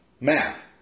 math